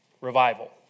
revival